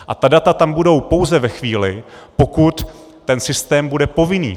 A ta data tam budou pouze ve chvíli, pokud ten systém bude povinný.